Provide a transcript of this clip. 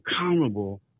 accountable